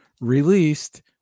released